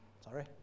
Sorry